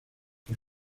por